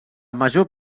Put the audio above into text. major